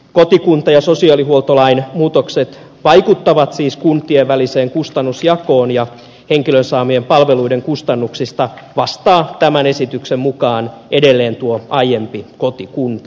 kotikunta ja sosiaalihuoltolain muutokset vaikuttavat siis kuntien väliseen kustannusjakoon ja henkilön saamien palveluiden kustannuksista vastaa tämän esityksen mukaan edelleen tuo aiempi kotikunta